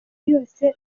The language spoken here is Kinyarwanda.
yose